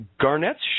Garnett's